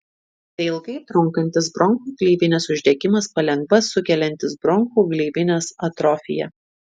tai ilgai trunkantis bronchų gleivinės uždegimas palengva sukeliantis bronchų gleivinės atrofiją